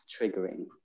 triggering